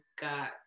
got